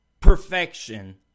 perfection